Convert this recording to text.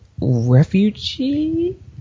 refugee